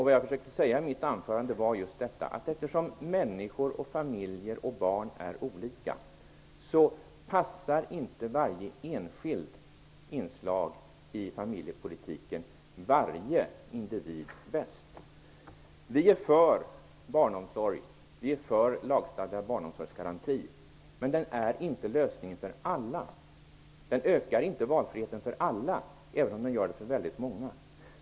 Vad jag försökte säga i mitt anförande var just att eftersom människor, familjer och barn är olika, passar inte varje enskilt inslag i familjepolitiken varje individ lika bra. Vi är för barnomsorg, och vi är för lagstadgad barnomsorgsgaranti, men detta är inte lösningen för alla, detta ökar inte valfriheten för alla, även om den ökar valfriheten för väldigt många.